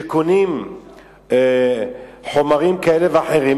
שקונים חומרים כאלה ואחרים,